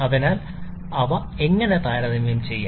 അതിനാൽ നമുക്ക് അവ എങ്ങനെ താരതമ്യം ചെയ്യാം